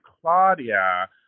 Claudia